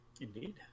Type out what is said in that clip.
indeed